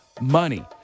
Money